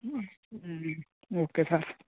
okay sir